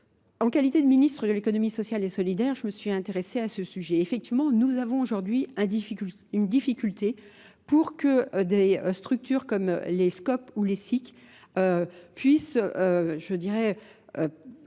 En qualité de ministre de l'économie sociale et solidaire je me suis intéressée à ce sujet. Effectivement nous avons aujourd'hui une difficulté pour que des structures comme les SCOP ou les SIC puissent je dirais